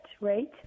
right